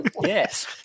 Yes